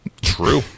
True